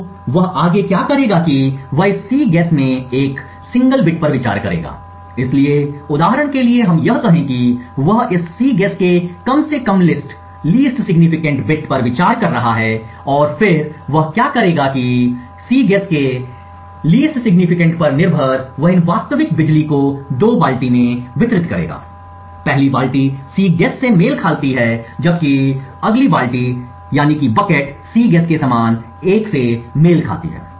तो वह आगे क्या करेगा कि वह इस Cguess में एक एकल बिट पर विचार करेगा इसलिए उदाहरण के लिए हम यह कहें कि वह इस Cguess के कम से कम लिस्ट सिग्निफिकेंट बिट पर विचार कर रहा है और फिर वह क्या करेगा कि Cguess के लिस्ट सिग्निफिकेंट बिट पर निर्भर वह इन वास्तविक बिजली को दो बाल्टी में वितरित करेगा पहली बाल्टी Cguess से मेल खाती है जबकि अगली बाल्टी Cguess के समान 1 से मेल खाती है